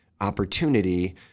opportunity